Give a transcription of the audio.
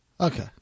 Okay